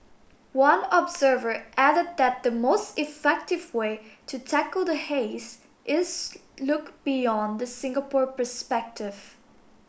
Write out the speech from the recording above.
one observer added that the most effective way to tackle the haze is look beyond the Singapore perspective